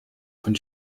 von